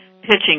pitching